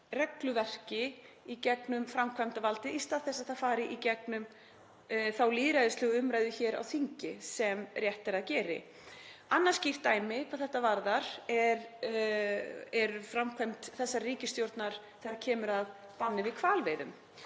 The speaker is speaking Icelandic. regluverki í gegnum framkvæmdarvaldið í stað þess að það fari í gegnum þá lýðræðislegu umræðu hér á þingi sem rétt er að fari fram. Skýrt dæmi hvað þetta varðar er framkvæmd þessarar ríkisstjórnar þegar kemur að banni við hvalveiðum